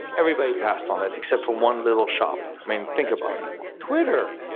everybody passed on it, except for one little shop. i mean, think about that one twitter,